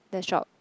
the shop